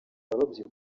abarobyi